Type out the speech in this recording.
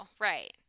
right